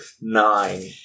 nine